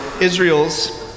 Israel's